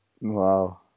Wow